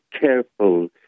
careful